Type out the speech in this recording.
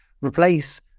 replace